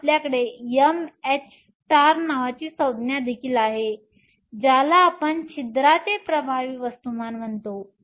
तर आपल्याकडे mh नावाची संज्ञा देखील आहे ज्याला आपण छिद्रांचे प्रभावी वस्तुमान म्हणतो